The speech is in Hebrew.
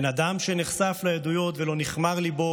אין אדם שלא נחשף לעדויות ולא נכמר ליבו